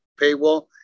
paywall